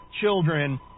children